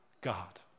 God